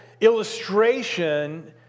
illustration